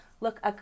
Look